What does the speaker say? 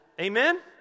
Amen